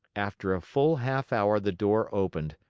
after a full half hour the door opened.